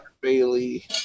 Bailey